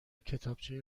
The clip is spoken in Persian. کتابچه